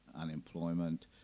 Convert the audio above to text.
unemployment